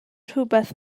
rhywbeth